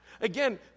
Again